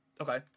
Okay